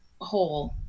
hole